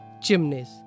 chimneys